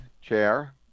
Chair